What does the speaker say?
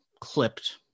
clipped